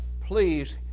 please